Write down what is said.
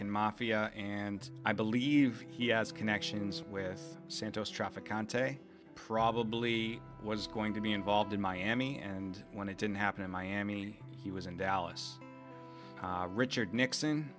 can mafia and i believe he has connections with santos trafficante probably was going to be involved in miami and when it didn't happen in miami he was in dallas richard nixon